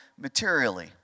materially